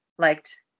liked